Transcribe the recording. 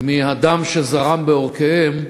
מהדם שזרם בעורקיהם,